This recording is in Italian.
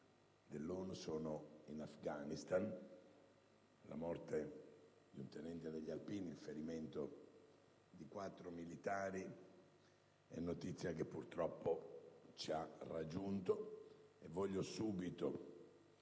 dell'ONU, sono in Afghanistan; la morte di un tenente degli alpini, il ferimento di quattro militari è notizia che purtroppo ci ha raggiunto. E voglio subito